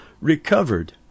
recovered